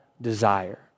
desire